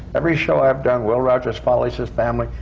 every show i've done, will rogers follies is family,